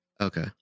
Okay